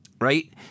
right